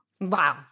Wow